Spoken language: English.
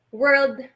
world